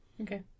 Okay